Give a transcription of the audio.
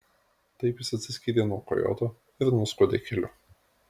taip jis atsiskyrė nuo kojoto ir nuskuodė keliu